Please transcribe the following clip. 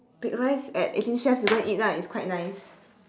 baked rice at eighteen chefs you go and eat lah it's quite nice